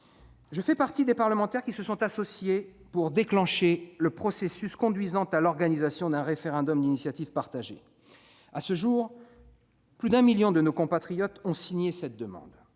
Je fais partie des parlementaires qui se sont associés pour déclencher le processus conduisant à l'organisation d'un référendum d'initiative partagée. À ce jour, plus d'un million de nos compatriotes ont signé cette demande,